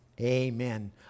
Amen